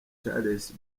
charles